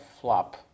flop